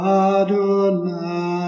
adonai